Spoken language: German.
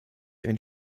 einen